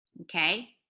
Okay